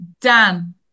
Dan